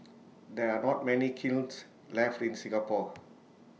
there are not many kilns left in Singapore